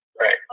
Right